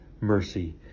mercy